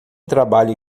trabalhe